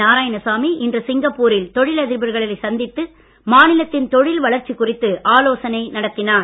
நாராயணசாமி இன்று சிங்கப்பூரில் தொழில் அதிபர்களை சந்தித்து மாநிலத்தின் தொழில் வளர்ச்சி குறித்து ஆலோசனை நடத்தினார்